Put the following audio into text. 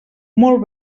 molt